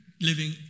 living